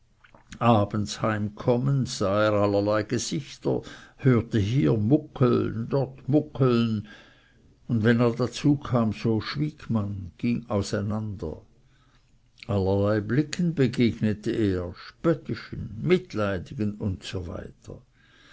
abends heimkommend sah er allerlei gesichter hörte hier muckeln dort muckeln und wenn er dazukam so schwieg man ging auseinander allerlei blicken begegnete er spöttischen mitleidigen usw